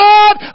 God